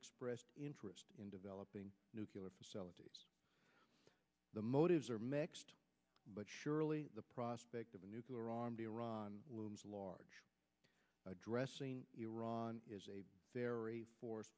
expressed interest in developing nuclear facilities the motives are mixed but surely the prospect of a nuclear armed iran looms large addressing iran is a